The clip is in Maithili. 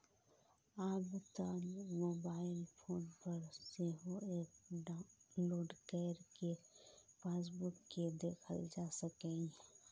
आब तं मोबाइल फोन पर सेहो एप डाउलोड कैर कें पासबुक कें देखल जा सकैए